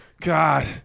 God